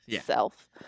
Self